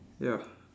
ya